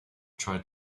tried